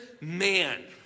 man